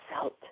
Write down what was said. felt